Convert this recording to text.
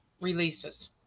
releases